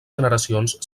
generacions